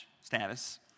status